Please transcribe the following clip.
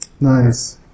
Nice